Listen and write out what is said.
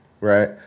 right